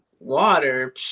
water